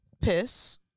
piss